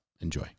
Enjoy